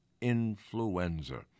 influenza